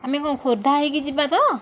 ଆମେ କଣ ଖୋର୍ଦ୍ଧା ହୋଇକି ଯିବା ତ